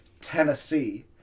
Tennessee